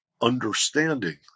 understanding